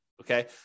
okay